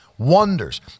wonders